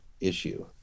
issue